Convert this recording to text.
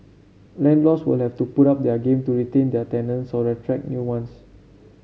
landlords will have to up their game to retain their tenants or attract new ones